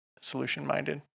solution-minded